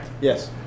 Yes